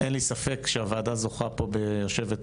אין לי ספק שהוועדה זוכה פה ביושבת-ראש,